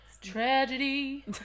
Tragedy